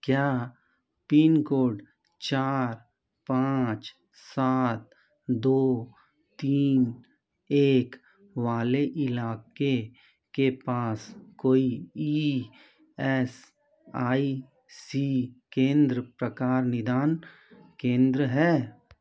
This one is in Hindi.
क्या पीन कोड चार पाँच सात दो तीन एक वाले इलाक़े के पास कोई ई ऐस आई सी केंद्र प्रकार निदान केंद्र है